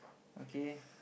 okay